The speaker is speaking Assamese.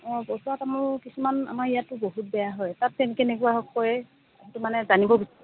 অ পচোৱা তামোল কিছুমান আমাৰ ইয়াতো বহুত বেয়া হয় তাত কেন কেনেকুৱা হয় কৰে মানে জানিব বিচাৰিছোঁ